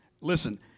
Listen